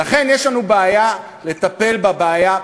לכן יש לנו בעיה לטפל בה פה.